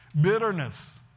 Bitterness